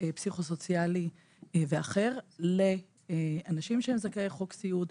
פסיכוסוציאליים ואחרים לאנשים שהם זכאי חוק סיעוד,